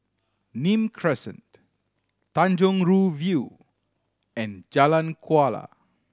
Nim Crescent Tanjong Rhu View and Jalan Kuala